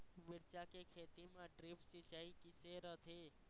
मिरचा के खेती म ड्रिप सिचाई किसे रथे?